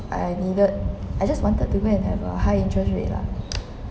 I needed I just wanted to go and have a high interest rate lah